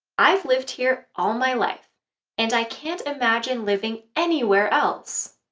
i've lived here all my life and i can't imagine living anywhere else!